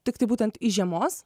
tiktai būtent į žiemos